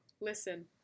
Listen